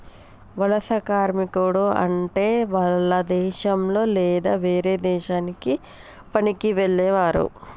వలస కార్మికుడు అంటే వాల్ల దేశంలొ లేదా వేరే దేశానికి పనికి వెళ్లేవారు